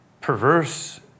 perverse